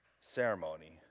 ceremony